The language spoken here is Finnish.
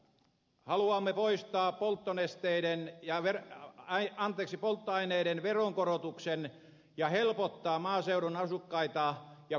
haluamme voittaa polttonesteiden ja meren ai poistaa polttoaineiden veronkorotuksen ja helpottaa maaseudun asukkaita ja kuljetusalaa